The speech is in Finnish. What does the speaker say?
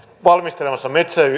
valmistelemassa